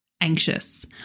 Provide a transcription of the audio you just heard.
anxious